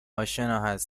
آشنایید